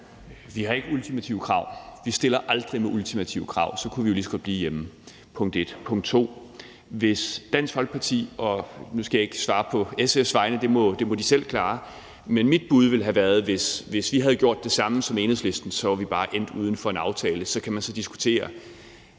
har ikke ultimative krav. Vi stiller aldrig med ultimative krav, for så kunne vi jo lige så godt blive hjemme. Det er det ene. Det andet er, at hvis Dansk Folkeparti – jeg skal ikke svare på SF's vegne; det må de selv klare – havde gjort det samme som Enhedslisten, så var vi bare endt uden for en aftale. Så kan man diskutere,